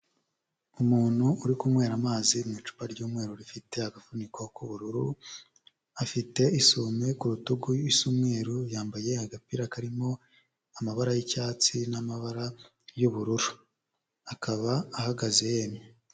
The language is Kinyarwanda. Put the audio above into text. Umuntu uri kunywera amazi mu icupa ry'umweru rifite agafuniko k'ubururu, afite isume ku rutugu isa umweru yambaye agapira karimo amabara y'icyatsi n'amabara y'ubururu, akaba ahagaze yemye.